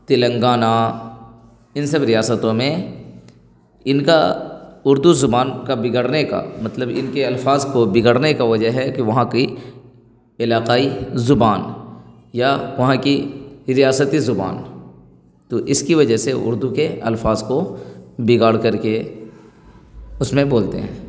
تلنگانہ ان سب ریاستوں میں ان کا اردو زبان کا بگڑنے کا مطلب ان کے الفاظ کو بگڑنے کا وجہ ہے کہ وہاں کی علاقائی زبان یا وہاں کی ریاستی زبان تو اس کی وجہ سے اردو کے الفاظ کو بگاڑ کرکے اس میں بولتے ہیں